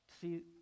see